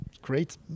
Great